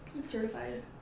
certified